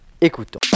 écoutons